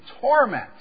torment